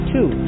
Two